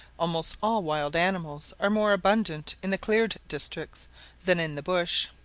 almost all wild animals are more abundant in the cleared districts than in the bush.